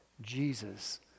Jesus